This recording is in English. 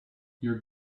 your